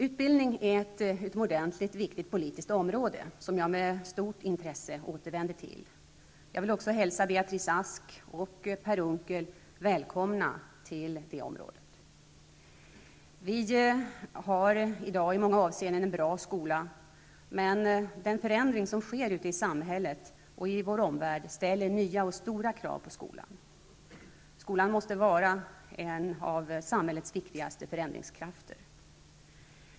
Utbildning är ett utomordentligt viktigt politiskt område som jag med stort intresse återvänder till. Jag vill också hälsa Beatrice Ask och Per Unckel välkomna till det området. Vi har i dag i många avseenden en bra skola. Men den förändring som sker ute i samhället och i vår omvärld ställer nya och stora krav på skolan. Skolan måste också vara en av samhällets viktigaste förändringskrafter.